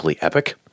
epic